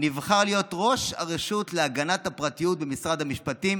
נבחר להיות ראש הרשות להגנת הפרטיות במשרד המשפטים